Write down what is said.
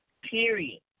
period